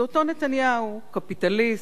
זה אותו נתניהו, קפיטליסט,